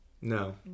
no